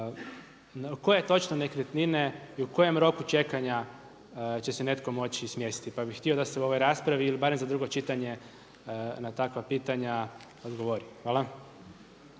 koje točno nekretnine i u kojem roku čekanja će se netko moći smjestiti, pa bih htio da se u ovoj raspravi ili barem za drugo čitanje na takva pitanja odgovori. Hvala.